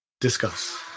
Discuss